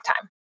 time